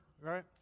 right